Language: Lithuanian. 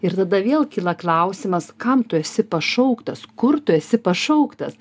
ir tada vėl kyla klausimas kam tu esi pašauktas kur tu esi pašauktas